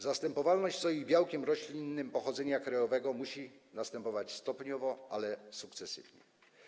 Zastępowanie soi białkiem roślinnym pochodzenia krajowego musi następować stopniowo, ale sukcesywnie.